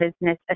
Business